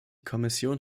kommission